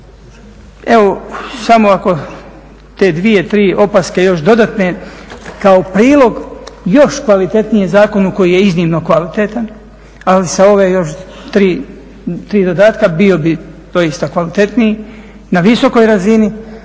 Evo samo ako te dvije, tri opaske još dodatne kao prilog još kvalitetnijem zakonu koji je iznimno kvalitetan ali sa ove još tri, tri dodatka bio bi doista kvalitetniji, na visokoj razini,